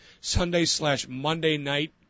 Sunday-slash-Monday-night